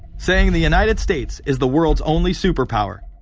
saying, the united states is the world's only super-power,